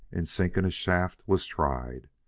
in sinking a shaft, was tried.